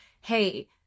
hey